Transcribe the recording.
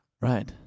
Right